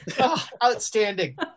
outstanding